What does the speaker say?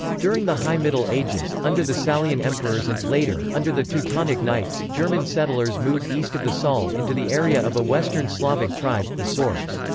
during the high middle ages, under the salian emperors and, later, under the teutonic knights, german settlers moved east of the saale into the area of a western slavic tribe, the sorbs.